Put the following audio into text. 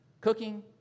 cooking